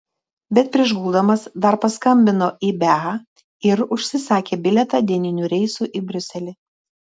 bet prieš guldamas dar paskambino į bea ir užsisakė bilietą dieniniu reisu į briuselį